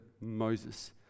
Moses